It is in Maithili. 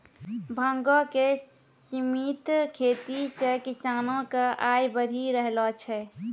भांगो के सिमित खेती से किसानो के आय बढ़ी रहलो छै